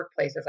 workplaces